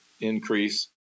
increase